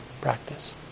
practice